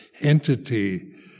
entity